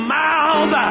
mouth